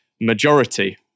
majority